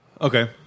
Okay